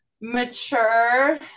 Mature